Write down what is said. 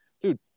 dude